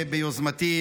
ביוזמתי,